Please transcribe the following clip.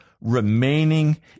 remaining